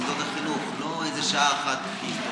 במוסדות החינוך, ולא איזו שעה אחת בהיסטוריה.